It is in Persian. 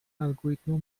الگوریتمها